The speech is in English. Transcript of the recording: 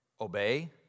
obey